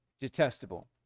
Detestable